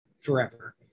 forever